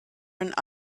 and